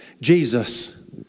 Jesus